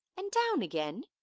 and down again!